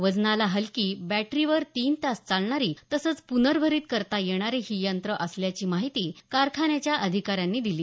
वजनाला हलकी बॅटरीवर तीन तास चालणारी तसंच पुनर्भारित करता येणारी ही यंत्र असल्याची माहिती कारखान्याच्या अधिकाऱ्यांनी दिली